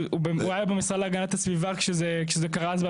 הוא היה במשרד להגנת הסביבה כשזה קרה אז,